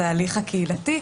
זה ההליך הקהילתי.